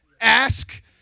Ask